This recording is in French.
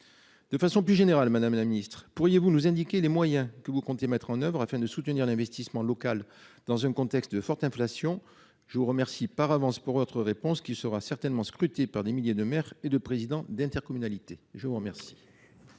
De façon plus générale, madame la ministre, pourriez-vous nous indiquer les moyens que vous comptez mettre en oeuvre afin de soutenir l'investissement local dans un contexte de forte inflation ? Je vous remercie par avance de votre réponse, qui sera scrutée par des milliers de maires et de présidents d'intercommunalités. La parole